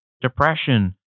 depression